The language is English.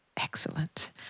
Excellent